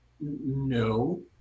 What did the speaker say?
no